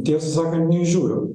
tiesą sakant neįžiūriu